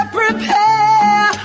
prepare